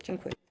Dziękuję.